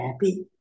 happy